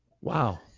Wow